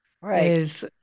Right